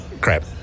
Crap